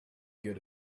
good